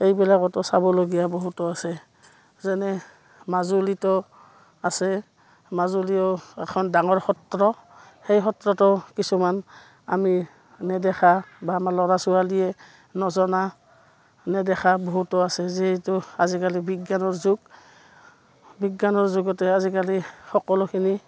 এইবিলাকতো চাবলগীয়া বহুতো আছে যেনে মাজুলীতো আছে মাজুলীও এখন ডাঙৰ সত্ৰ সেই সত্ৰতো কিছুমান আমি নেদেখা বা আমাৰ ল'ৰা ছোৱালীয়ে নজনা নেদেখা বহুতো আছে যিহেতু আজিকালি বিজ্ঞানৰ যুগ বিজ্ঞানৰ যুগতে আজিকালি সকলোখিনি